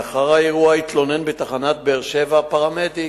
לאחר האירוע התלונן בתחנת באר-שבע הפרמדיק,